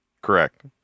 Correct